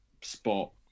spot